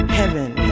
heaven